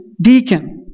deacon